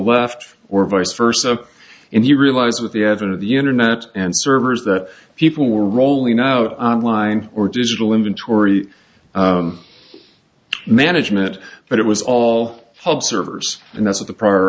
left or vice versa and he realized that the added of the internet and servers that people were rolling out on line or digital inventory management but it was all hog servers and that's what the prior